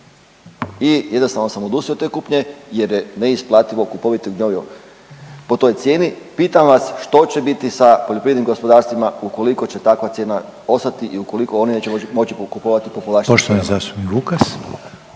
i jednostavno sam odustao od te kupnje jer je neisplativo kupovati gnojivo po toj cijeni. Pitam vas što će biti sa poljoprivrednim gospodarstvima ukoliko će takva cijena ostati i ukoliko oni neće moći kupovati po povlaštenim cijenama?